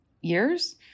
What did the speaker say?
years